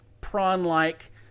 prawn-like